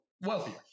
wealthier